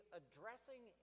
addressing